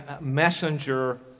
messenger